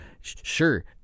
sure